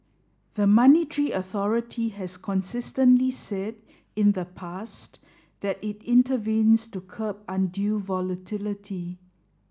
the monetary authority has consistently said in the past that it intervenes to curb undue volatility